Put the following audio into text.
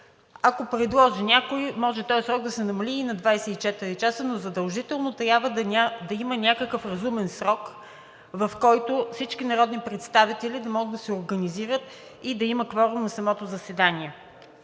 Ако предложи някой, може този срок да се намали и на 24 часа, но задължително трябва да има някакъв разумен срок, в който всички народни представители да могат да се организират и да има кворум на самото заседание.